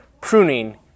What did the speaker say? pruning